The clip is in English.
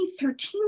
2013